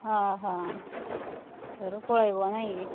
ହଁ ହଁ ସେଠୁ ପଳେଇବ ନାଇଁ କି